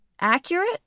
accurate